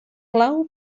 clau